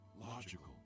logical